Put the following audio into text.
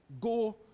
go